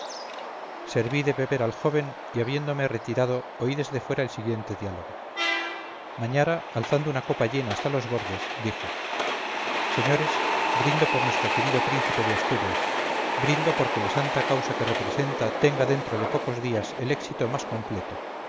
serví de beber al joven y habiéndome retirado oí desde fuera el siguiente diálogo mañara alzando una copa llena hasta los bordes dijo señores brindo por nuestro querido príncipe de asturias brindo porque la santa causa que representa tenga dentro de pocos días el éxito más completo